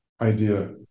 idea